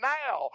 now